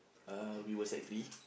uh we were sec three